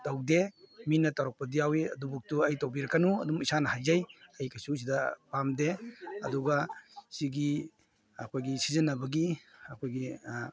ꯇꯧꯗꯦ ꯃꯤꯅ ꯇꯧꯔꯛꯄꯗꯤ ꯌꯥꯎꯏ ꯑꯗꯨꯐꯥꯎꯗꯨ ꯑꯩ ꯇꯧꯕꯤꯔꯛꯀꯅꯨ ꯑꯗꯨꯝ ꯏꯁꯥꯅ ꯍꯥꯏꯖꯩ ꯑꯩ ꯀꯩꯁꯨ ꯁꯤꯗ ꯄꯥꯝꯗꯦ ꯑꯗꯨꯒ ꯁꯤꯒꯤ ꯑꯩꯈꯣꯏꯒꯤ ꯁꯤꯖꯤꯟꯅꯕꯒꯤ ꯑꯩꯈꯣꯏꯒꯤ